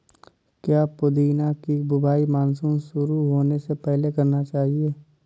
क्या पुदीना की बुवाई मानसून शुरू होने से पहले करना चाहिए?